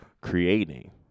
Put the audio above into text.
creating